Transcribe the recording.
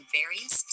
various